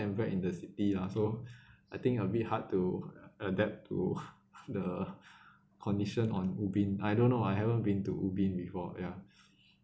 and bred in the city ah so I think a bit hard to adapt to the conditions on ubin I don't know I haven't been to ubin before ya